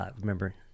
remember